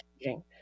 changing